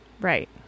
Right